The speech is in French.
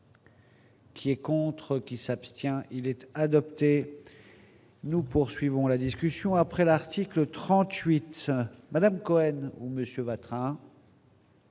Qui et contre qui s'abstient, il était adopté, nous poursuivons la discussion après l'article 38 Madame Cohen monsieur battra.